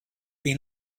been